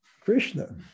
Krishna